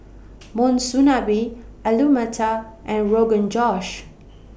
Monsunabe Alu Matar and Rogan Josh